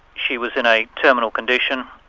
she was in a terminal condition,